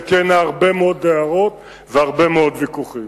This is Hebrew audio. ויהיו הרבה מאוד הערות והרבה מאוד ויכוחים.